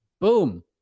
Boom